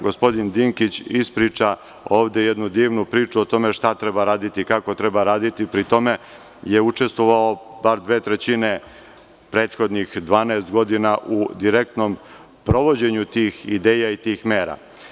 Gospodin Dinkić ispriča ovde jednu divnu priču o tome šta treba raditi, kako treba raditi i pri tome je učestvovao bar dve trećine prethodnih 12 godina u direktnom provođenju tih ideja i tih mera.